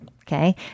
Okay